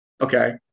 Okay